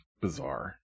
bizarre